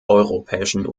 europäischen